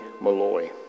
Malloy